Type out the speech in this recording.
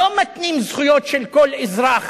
לא מתנים זכויות של כל אזרח